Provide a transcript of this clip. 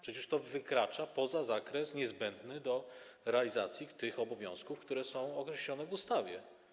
Przecież to wykracza poza zakres niezbędny do realizacji tych obowiązków, które są określone w ustawie.